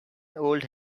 old